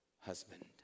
husband